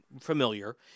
familiar